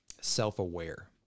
self-aware